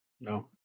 No